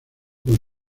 con